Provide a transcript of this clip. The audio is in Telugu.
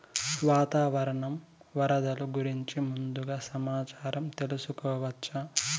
వాతావరణం వరదలు గురించి ముందుగా సమాచారం తెలుసుకోవచ్చా?